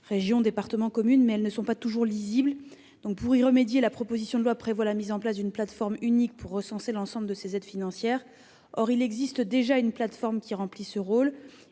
régions, départements, communes -, mais elles ne sont pas toujours lisibles. C'est pour y remédier qu'est prévue, à cet article, la mise en place d'une plateforme unique recensant l'ensemble de ces aides financières. Or il existe déjà une plateforme qui remplit ce rôle